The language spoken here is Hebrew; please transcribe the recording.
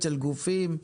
אצל גופים.